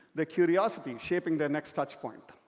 the curiosity shaping the next touch point.